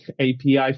API